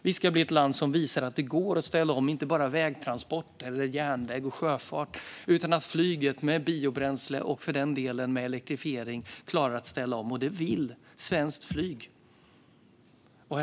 Vi ska bli ett land som visar att det inte bara går att ställa om vägtransporter, järnväg och sjöfart utan också att flyget med biobränsle, och för den delen med elektrifiering, klarar att ställa om. Det vill svenskt flyg.